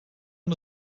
aan